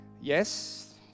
yes